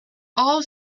all